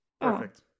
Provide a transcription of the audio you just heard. Perfect